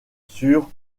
sur